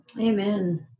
Amen